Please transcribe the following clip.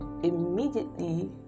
immediately